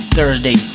Thursday